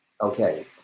Okay